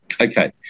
Okay